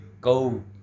go